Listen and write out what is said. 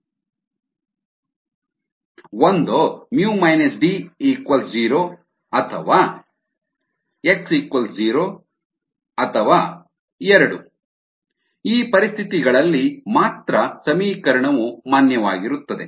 ಒಂದೋ D0 or x 0 or both ಅಥವಾ ಎರಡೂ ಆ ಪರಿಸ್ಥಿತಿಗಳಲ್ಲಿ ಮಾತ್ರ ಸಮೀಕರಣವು ಮಾನ್ಯವಾಗಿರುತ್ತದೆ